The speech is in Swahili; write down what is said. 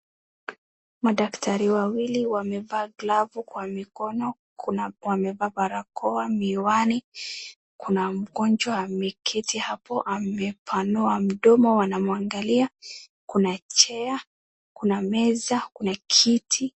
Madaktari wawili wamevaa glove kwa mikono, kuna wamevaa barakoa, miwani, kuna mgonjwa ameketi hapo amepanua mdomo, wanamwangalia kuna chair kuna meza, kuna kiti.